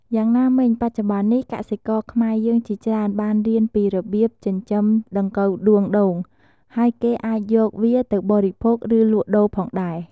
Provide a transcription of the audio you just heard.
យ៉ាងណាមិញ បច្នុប្បន្ននេះ កសិករខ្មែរយើងជាច្រើនបានរៀនពីរបៀបចិញ្ចឹមដង្កូវដួងដូង ហើយគេអាចយកវាទៅបរិភោគ ឬ លក់ដូរផងដែរ។